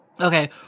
Okay